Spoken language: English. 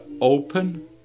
open